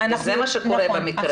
זה מה שקורה במקרה הזה.